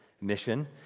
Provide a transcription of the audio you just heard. mission